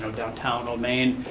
um downtown on main,